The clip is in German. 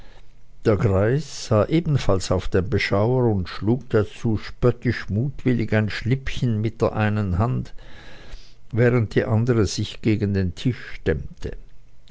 der greis sah ebenfalls auf den beschauer und schlug dazu spöttisch mutwillig ein schnippchen mit der einen hand während die andere sich gegen den tisch stemmte